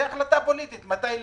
זאת החלטה פוליטית מתי להגיש.